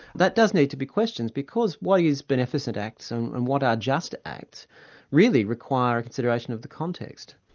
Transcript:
that does need to be questioned, because what is beneficent acts and and what are just acts really require a consideration of the context.